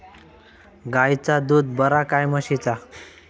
गायचा दूध बरा काय म्हशीचा?